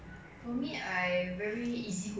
it's so much cheaper than eating in the mall